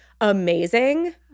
Amazing